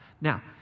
Now